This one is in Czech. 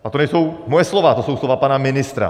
A to nejsou moje slova, to jsou slova pana ministra.